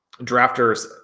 drafters